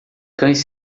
cães